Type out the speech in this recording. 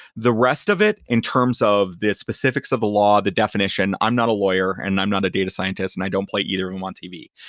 the rest of it in terms of the specific of the law, the definition, i'm not a lawyer and i'm not a data scientists and i don't play either of them on tv.